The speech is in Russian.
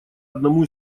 одному